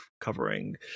covering